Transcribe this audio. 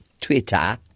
Twitter